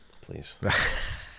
Please